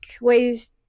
ways